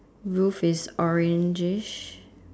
roof is oranges